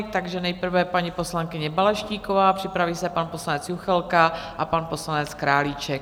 Takže nejprve paní poslankyně Balaštíková, připraví se pan poslanec Juchelka a pan poslanec Králíček.